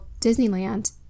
Disneyland